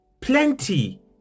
plenty